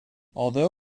although